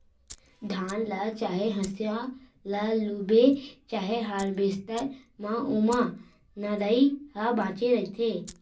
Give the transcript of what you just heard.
धान ल चाहे हसिया ल लूबे चाहे हारवेस्टर म ओमा नरई ह बाचे रहिथे